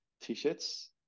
T-shirts